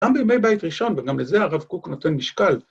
‫גם בימי בית ראשון, ‫וגם לזה הרב קוק נותן משקל.